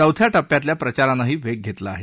चौथ्या टप्प्यातल्या प्रचारानंही वेग घेतला आहे